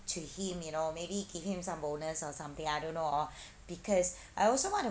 to him you know maybe give him some bonus or something I don't know or because I also want to